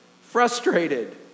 frustrated